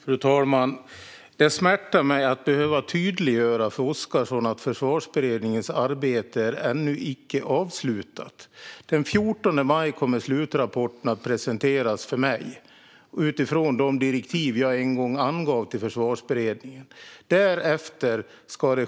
Fru talman! Det smärtar mig att behöva tydliggöra för Oscarsson att Försvarsberedningens arbete ännu icke är avslutat. Den 14 maj kommer slutrapporten att presenteras för mig utifrån de direktiv jag en gång angav till Försvarsberedningen.